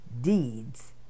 deeds